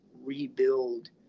rebuild